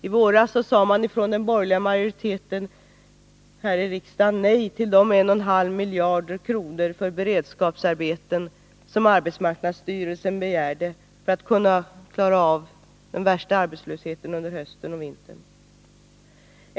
I våras sade man från den borgerliga majoriteten här i riksdagen nej till de 1,5 miljarder kronor för beredskapsarbeten som arbetsmarknadsstyrelsen begärde för att kunna klara av den värsta arbetslösheten under hösten och vintern.